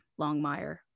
Longmire